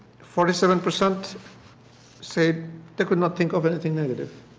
forty seven percent said they could not think of anything negative.